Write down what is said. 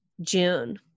June